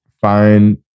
find